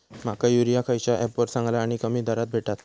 माका युरिया खयच्या ऍपवर चांगला आणि कमी दरात भेटात?